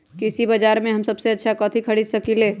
कृषि बाजर में हम सबसे अच्छा कथि खरीद सकींले?